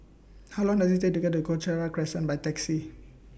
How Long Does IT Take to get to Cochrane Crescent By Taxi